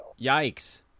Yikes